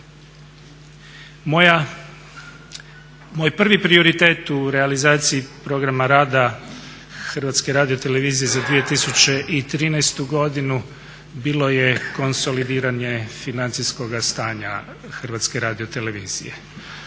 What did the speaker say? Moj prvi prioritet u realizaciji programa rada Hrvatske radiotelevizije za 2013. godinu bilo je konsolidiranje financijskoga stanja Hrvatske radiotelevizije.